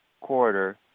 quarter